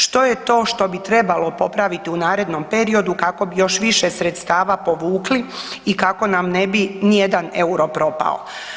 Što je to što bi trebalo popraviti u narednom periodu kako bi još više sredstava povukli i kako nam ne bi nijedan euro propao.